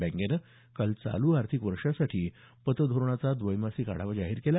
बँकेनं काल चालू आर्थिक वर्षासाठी पतधोरणाचा द्वैमासिक आढावा जाहीर केला